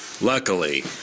luckily